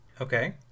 okay